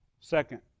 Second